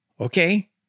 Okay